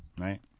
right